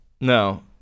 no